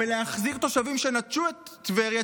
בלהחזיר תושבים שנטשו את טבריה,